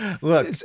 Look